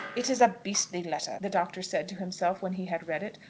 it is a beastly letter, the doctor said to himself, when he had read it,